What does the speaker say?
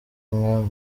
nka